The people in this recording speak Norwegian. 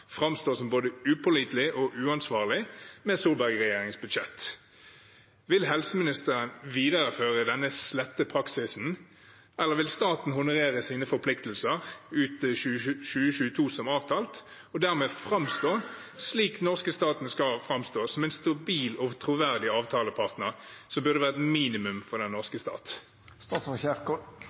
framstår som både upålitelig og uansvarlig med Solberg-regjeringens budsjett. Vil helseministeren videreføre denne slette praksisen, eller vil staten honorere sine forpliktelser ut 2022 som avtalt, og dermed framstå slik den norske staten skal framstå, som en stabil og troverdig avtalepartner, noe som burde være et minimum for den norske